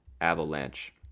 Avalanche